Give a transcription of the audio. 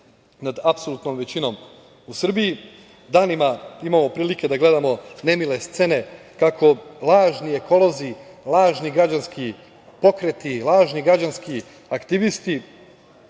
nad apsolutnom većinom u Srbiji. Danima imamo prilike da gledamo nemile scene kako lažni ekolozi, lažni građanski pokreti, lažni građanski aktivisti,